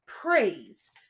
praise